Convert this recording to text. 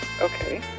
okay